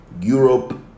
Europe